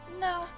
No